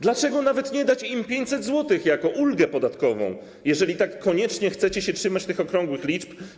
Dlaczego nawet nie dać im 500 zł, choćby jako ulgę podatkową, jeżeli tak koniecznie chcecie się trzymać tych okrągłych liczb?